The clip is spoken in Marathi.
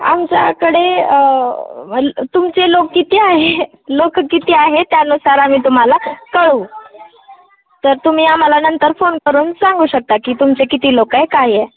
आमच्याकडे तुमचे लोक किती आहे लोक किती आहे त्यानुसार आम्ही तुम्हाला कळवू तर तुम्ही आम्हाला नंतर फोन करून सांगू शकता की तुमचे किती लोक आहे काय आहे